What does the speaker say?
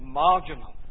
marginal